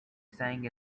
sang